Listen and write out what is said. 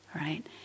right